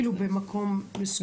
כאילו במקום מסודר?